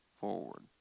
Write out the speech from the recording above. forward